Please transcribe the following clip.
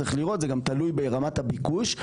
צריך לראות, זה גם תלוי ברמת הביקוש.